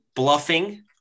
Bluffing